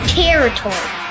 territory